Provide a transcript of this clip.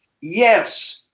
Yes